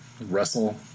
wrestle